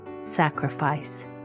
sacrifice